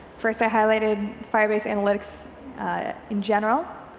first i highlighted firebase analytics in general,